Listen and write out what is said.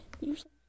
usually